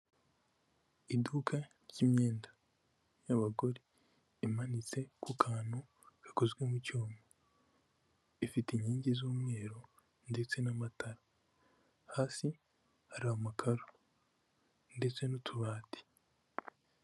Iduka ry'imyenda y'abagore. Imanitse ku kantu gakozwe mu cyuma. Ifite inkingi z'umweru ndetse n'amatara. Hasi hari amakaro ndetse n'utubati.